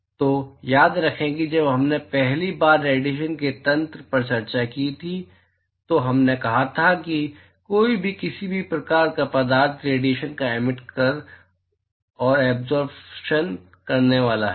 तो याद रखें कि जब हमने पहली बार रेडिएशन के तंत्र पर चर्चा की थी तो हमने कहा था कि कोई भी किसी भी प्रकार का पदार्थ रेडिएशन का एमिट और एब्जोप्शन करने वाला है